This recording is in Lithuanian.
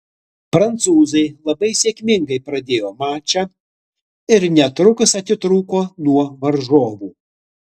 prancūzai labai sėkmingai pradėjo mačą ir netrukus atitrūko nuo varžovų